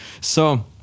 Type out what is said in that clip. So-